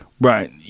Right